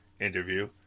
interview